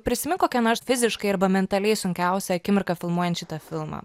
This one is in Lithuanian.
prisimink kokia nors fiziškai arba mentaliai sunkiausią akimirką filmuojant šitą filmą